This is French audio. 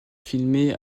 filmée